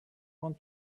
want